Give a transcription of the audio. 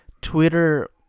Twitter